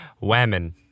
Women